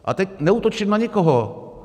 A teď neútočím na nikoho.